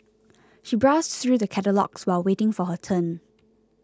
she browsed through the catalogues while waiting for her turn